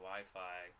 Wi-Fi